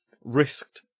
risked